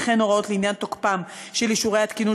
וכן הוראות לעניין תוקפם של אישורי התקינות